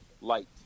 light